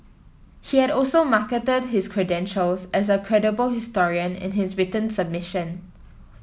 he had also marketed his credentials as a credible historian in his submission